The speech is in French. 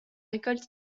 récolte